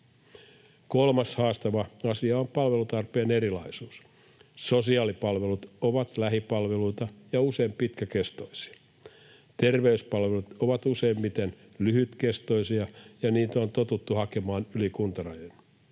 Kolmas haastava asia on palvelutarpeen erilaisuus. Sosiaalipalvelut ovat lähipalveluita ja usein pitkäkestoisia. Terveyspalvelut ovat useimmiten lyhytkestoisia, ja niitä on totuttu hakemaan yli kuntarajojen.